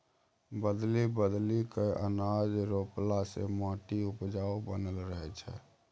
बदलि बदलि कय अनाज रोपला से माटि उपजाऊ बनल रहै छै